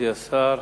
מכובדי השר,